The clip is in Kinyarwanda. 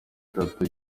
itatu